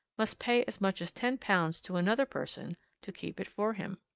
must pay as much as ten pounds to another person to keep it for him?